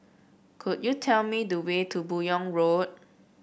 could you tell me the way to Buyong Road